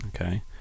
okay